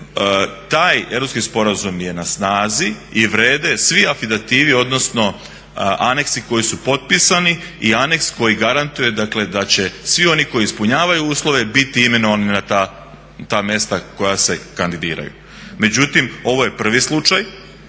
taj Europski sporazum je na snazi i vrijede svi afidativi odnosno aneksi koji su potpisani i aneks koji garantira dakle da će svi oni koji ispunjavaju uslove biti imenovani na ta mjesta koja se kandidiraju. Međutim ovo je prvi slučaj